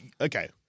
Okay